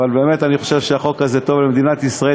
באמת אני חושב שהחוק הזה טוב למדינת ישראל.